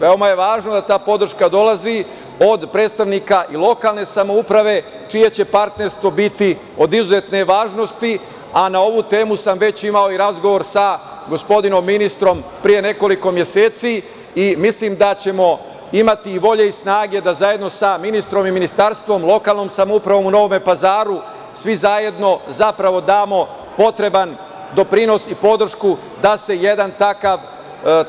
Veoma je važno da ta podrška dolazi od predstavnika i lokalne samouprave, čije će partnerstvo biti od izuzetne važnosti, a na ovu temu sam već imao i razgovor sa gospodinom ministrom pre nekoliko meseci i mislim da ćemo imati i volje i snage da sa ministrom i ministarstvom, lokalnom samoupravom u Novom Pazaru svi zajedno zapravo damo potreban doprinos i podršku da se jedan takav